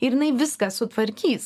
ir jinai viską sutvarkys